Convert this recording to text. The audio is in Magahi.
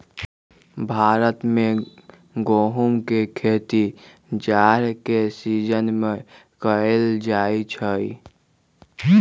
भारत में गेहूम के खेती जाड़ के सिजिन में कएल जाइ छइ